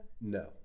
No